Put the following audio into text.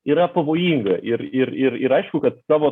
yra pavojinga ir ir ir ir aišku kad savo